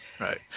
Right